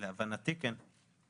להבנתי, כן.